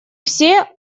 все